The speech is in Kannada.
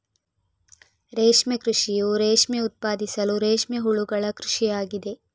ರೇಷ್ಮೆ ಕೃಷಿಯು ರೇಷ್ಮೆ ಉತ್ಪಾದಿಸಲು ರೇಷ್ಮೆ ಹುಳುಗಳ ಕೃಷಿ ಆಗಿದೆ